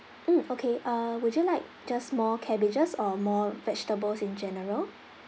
mm okay uh would you like just small cabbages or more vegetables in general